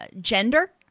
gender